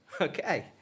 Okay